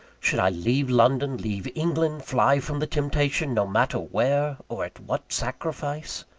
should i leave london, leave england, fly from the temptation, no matter where, or at what sacrifice?